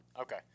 Okay